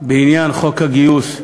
בעניין חוק הגיוס,